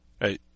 Hey